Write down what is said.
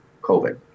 covid